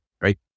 right